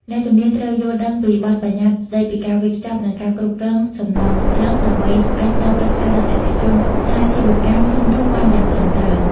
អ្នកជំនាញត្រូវយល់ដឹងពីបទបញ្ញត្តិស្ដីពីការវេចខ្ចប់ និងការគ្រប់គ្រងសំណល់រឹង ដើម្បីអាចផ្ដល់ប្រឹក្សាដល់អតិថិជនសាជីវកម្មធំៗបានយ៉ាងត្រឹមត្រូវ។